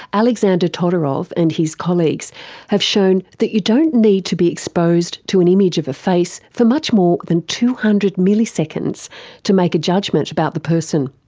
alexander todorov and his colleagues have shown that you don't need to be exposed to an image of a face for much more than two hundred milliseconds to make a judgement about the person.